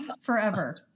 forever